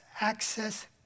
access